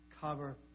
cover